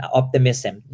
optimism